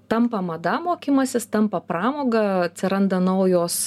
tampa mada mokymasis tampa pramoga atsiranda naujos